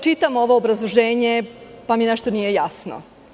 Čitav ovo obrazloženje pa mi nešto nije jasno.